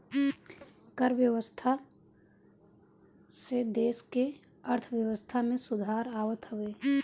कर व्यवस्था से देस के अर्थव्यवस्था में सुधार आवत हवे